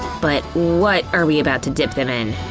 but what are we about to dip them in?